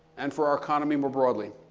and for our economy more broadly.